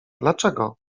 dlaczego